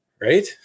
right